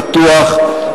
פתוח,